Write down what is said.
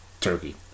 turkey